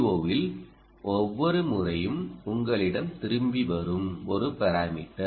ஓவில் ஒவ்வொரு முறையும் உங்களிடம் திரும்பி வரும் ஒரு பாராமீட்டர்